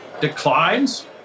declines